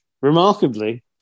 Remarkably